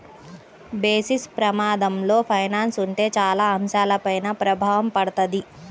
basis ప్రమాదంలో finance ఉంటే చాలా అంశాలపైన ప్రభావం పడతది